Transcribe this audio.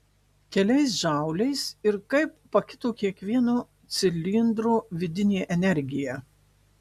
keliais džauliais ir kaip pakito kiekvieno cilindro vidinė energija